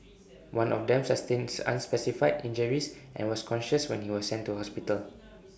one of them sustains unspecified injuries and was conscious when he was sent to hospital